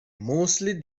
mostly